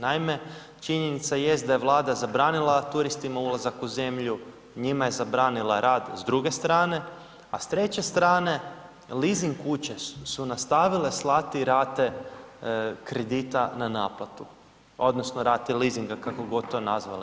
Naime, činjenica jest da je Vlada zabranila turistima ulazak u zemlju, njima je zabranila rad s druge strane, a s treće strane leasing kuće su nastavile slati rate kredita na naplatu odnosno rate leasinga, kako god to nazvali.